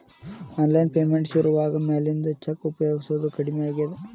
online payment ಶುರುವಾದ ಮ್ಯಾಲಿಂದ cheque ಉಪಯೊಗಸೋದ ಕಡಮಿ ಆಗೇದ